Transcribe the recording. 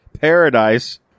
Paradise